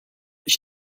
ich